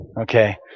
Okay